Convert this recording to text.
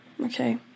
Okay